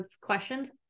questions